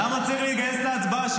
שר הדתות, למה צריך לגייס להצבעה?